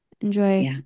enjoy